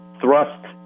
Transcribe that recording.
thrust